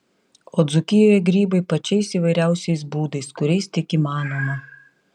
o dzūkijoje grybai pačiais įvairiausiais būdais kuriais tik įmanoma